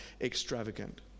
extravagant